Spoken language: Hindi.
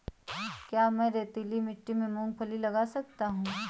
क्या मैं रेतीली मिट्टी में मूँगफली लगा सकता हूँ?